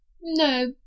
no